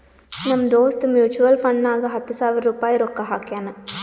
ನಮ್ ದೋಸ್ತ್ ಮ್ಯುಚುವಲ್ ಫಂಡ್ನಾಗ್ ಹತ್ತ ಸಾವಿರ ರುಪಾಯಿ ರೊಕ್ಕಾ ಹಾಕ್ಯಾನ್